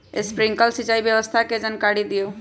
Sprinkler सिंचाई व्यवस्था के जाकारी दिऔ?